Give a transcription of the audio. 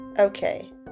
Okay